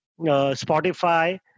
Spotify